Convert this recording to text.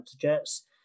Jets